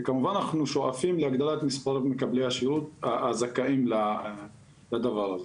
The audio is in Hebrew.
וכמובן אנחנו שואפים להגדלת מספר מקבלי השירות הזכאים לדבר הזה.